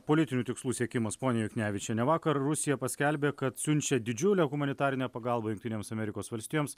politinių tikslų siekimas ponia juknevičiene vakar rusija paskelbė kad siunčia didžiulę humanitarinę pagalbą jungtinėms amerikos valstijoms